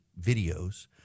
videos